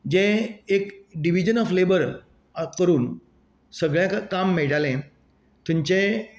जे एक division of labour वापरून सगळ्यांक काम मेळटालें थंयचें